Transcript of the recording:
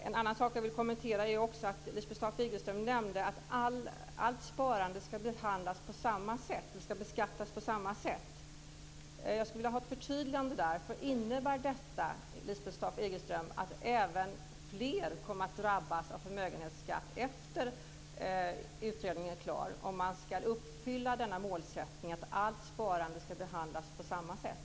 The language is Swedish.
En annan sak som jag vill kommentera är att Lisbeth Staaf-Igelström nämnde att allt sparande ska behandlas på samma sätt och beskattas på samma sätt. Jag skulle vilja ha ett förtydligande där. Innebär detta att även fler kommer att drabbas av förmögenhetsskatt efter att utredningen är klar, om man ska uppfylla målsättningen att allt sparande ska behandlas på samma sätt?